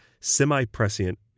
semi-prescient